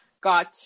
got